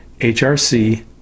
HRC